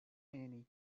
annie